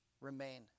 remain